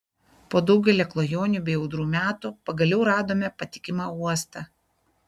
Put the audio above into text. po daugelio klajonių bei audrų metų pagaliau radome patikimą uostą